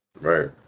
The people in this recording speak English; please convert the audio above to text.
Right